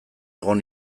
egon